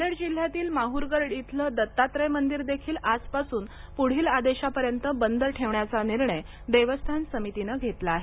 नांदेड जिल्ह्यातील माह्रगड इथलं दत्तात्रय मंदिर देखील आज पासून पुढील आदेशापर्यंत बंद ठेवण्याचा निर्णय देवस्थान समितीने घेतला आहे